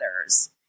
others